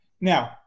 Now